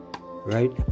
right